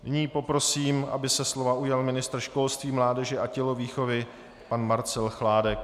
Nyní poprosím, aby se slova ujal ministr školství, mládeže a tělovýchovy pan Marcel Chládek.